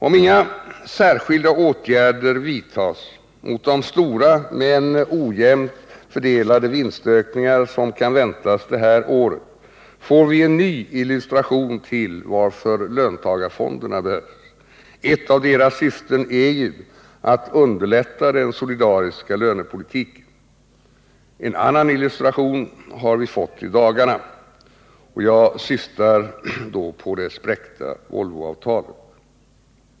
Om inga särskilda åtgärder vidtas mot de stora men ojämnt fördelade vinstökningar som kan väntas det här året får vi en ny illustration till varför löntagarfonder behövs. Ett av deras syften är ju att underlätta den solidariska lönepolitiken. En annan illustration har vi fått i dagarna. Jag syftar på det spräckta Volvoavtalet.